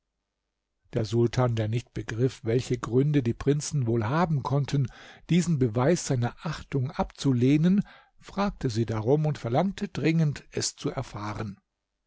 der sultan der nicht begriff welche gründe die prinzen wohl haben konnten diesen beweis seiner achtung abzulehnen fragte sie darum und verlangte dringend es zu erfahren